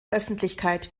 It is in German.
öffentlichkeit